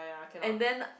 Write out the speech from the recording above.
and then